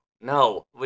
No